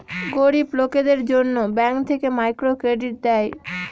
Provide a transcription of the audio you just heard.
গরিব লোকদের জন্য ব্যাঙ্ক থেকে মাইক্রো ক্রেডিট দেয়